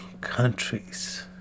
countries